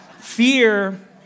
Fear